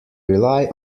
rely